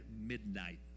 midnight